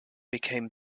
became